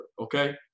okay